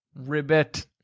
ribbit